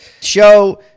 show